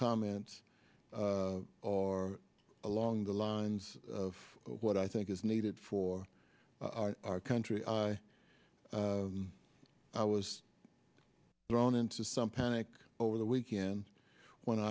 comments or along the lines of what i think is needed for our country i i was thrown into some panic over the weekend when